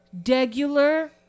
degular